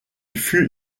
fut